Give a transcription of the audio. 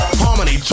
harmony